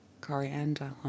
coriander